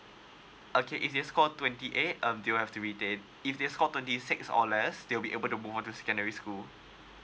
okay if they score twenty eight um they will have to if they score twenty six or less they will be able to move on to on secondary school